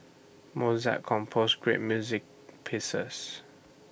Mozart composed great music pieces